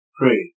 pray